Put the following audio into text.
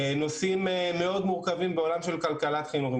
נושאים מאוד מורכבים בעולם של כלכלת החינוך.